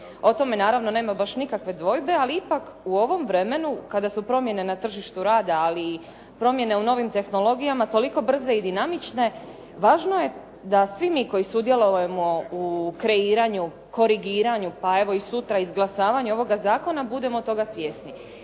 O tome naravno nema baš nikakve dvojbe, ali ipak u ovom vremenu kada su promjene na tržištu rada, ali i promjene u novim tehnologijama toliko brze i dinamične, važno je da svi mi koji sudjelujemo u kreiranju, korigiranju pa evo i sutra izglasavanju ovoga zakona budemo toga svjesni.